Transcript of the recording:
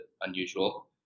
unusual